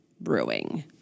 brewing